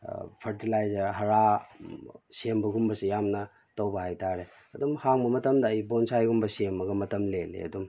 fertiliser ꯍꯥꯔꯥ ꯁꯦꯝꯕꯒꯨꯝꯕꯁꯤ ꯌꯥꯝꯅ ꯇꯧꯕ ꯍꯥꯏꯇꯥꯔꯦ ꯑꯗꯨꯝ ꯍꯥꯡꯕ ꯃꯇꯝꯗ ꯑꯩ ꯕꯣꯟꯁꯥꯏꯒꯨꯝꯕ ꯁꯦꯝꯂꯒ ꯃꯇꯝ ꯂꯦꯜꯂꯤ ꯑꯗꯨꯝ